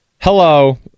Hello